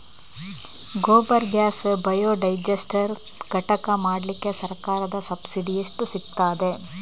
Gobar gas biodigester ಘಟಕ ಮಾಡ್ಲಿಕ್ಕೆ ಸರ್ಕಾರದ ಸಬ್ಸಿಡಿ ಎಷ್ಟು ಸಿಕ್ತಾದೆ?